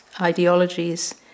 ideologies